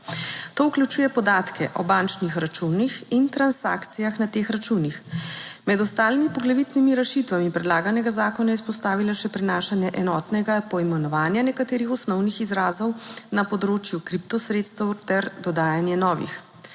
To vključuje podatke o bančnih računih in transakcijah na teh računih. Med ostalimi poglavitnimi rešitvami predlaganega zakona je izpostavila še prinašanje enotnega poimenovanja nekaterih osnovnih izrazov na področju kriptosredstev ter dodajanje novih.